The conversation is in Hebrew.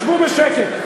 שבו בשקט.